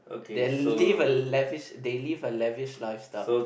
they live a lavish they live a lavish lifestyle